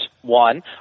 One